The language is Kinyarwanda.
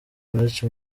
bush